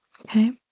Okay